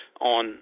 on